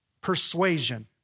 Persuasion